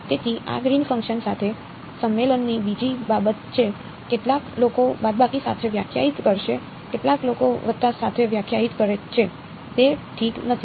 તેથી આ green function સાથે સંમેલનની બીજી બાબત છે કેટલાક લોકો બાદબાકી સાથે વ્યાખ્યાયિત કરશે કેટલાક લોકો વત્તા સાથે વ્યાખ્યાયિત કરે છે તે ઠીક નથી